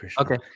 Okay